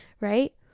Right